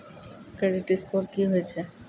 Credit score की होय छै?